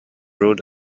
rode